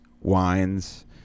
wines